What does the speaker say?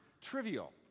Trivial